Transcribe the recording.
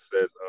says